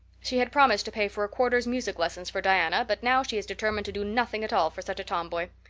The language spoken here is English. she had promised to pay for a quarter's music lessons for diana, but now she is determined to do nothing at all for such a tomboy.